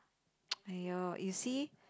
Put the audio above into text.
!aiyo! you see